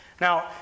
Now